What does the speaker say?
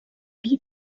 wie